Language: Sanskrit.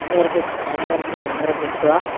निर्मितिः निर्मितिः निर्मीय